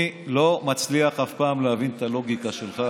מה לעשות שיש קורונה?